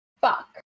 Fuck